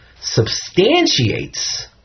substantiates